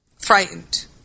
frightened